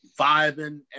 vibing